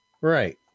Right